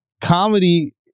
comedy